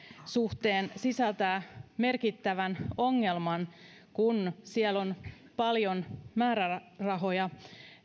suhteen sisältää merkittävän ongelman kun siellä on paljon määrärahoja